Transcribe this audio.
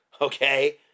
Okay